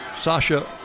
Sasha